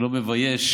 שלא מבייש